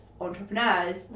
entrepreneurs